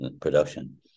production